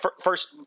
first